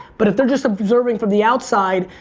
but if they're just observing from the outside,